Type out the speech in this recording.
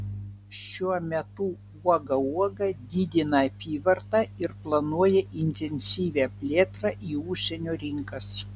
šiuo metu uoga uoga didina apyvartą ir planuoja intensyvią plėtrą į užsienio rinkas